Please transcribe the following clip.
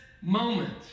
moment